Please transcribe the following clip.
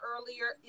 earlier